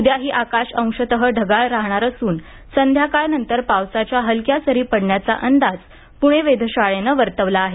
उद्याही आकाश अंशत ढगाळ राहणार असून संध्याकाळ नंतर पावसाच्या हलक्या सरी पडण्याचा अंदाज प्णे वेधशाळेने वर्तवला आहे